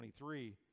23